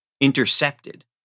intercepted